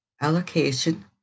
allocation